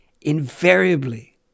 invariably